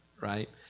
Right